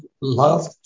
love